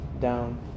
down